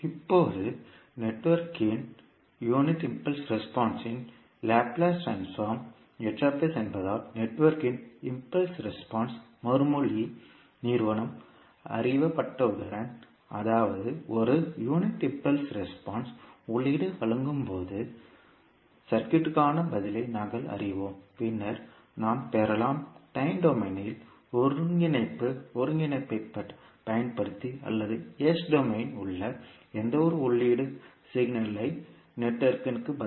இப்போது நெட்வொர்க்கின் unit impulse ரெஸ்பான்ஸ்லின் லாப்லேஸ் ட்ரான்ஸ்போர்ம் என்பதால் நெட்வொர்க்கின் இம்பல்ஸ் ரெஸ்பான்ஸ் மறுமொழி நிறுவனம் அறியப்பட்டவுடன் அதாவது ஒரு யூனிட் இம்பல்ஸ் ரெஸ்பான்ஸ் உள்ளீடு வழங்கப்படும்போது சர்க்யூட்க்கான பதிலை நாங்கள் அறிவோம் பின்னர் நாம் பெறலாம் டைம் டொமைனில் ஒருங்கிணைப்பு ஒருங்கிணைப்பைப் பயன்படுத்தி அல்லது S டொமைனில் உள்ள எந்தவொரு உள்ளீட்டு சமிக்ஞைக்கும் பிணையத்தின் பதில்